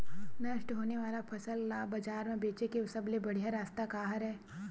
नष्ट होने वाला फसल ला बाजार मा बेचे के सबले बढ़िया रास्ता का हरे?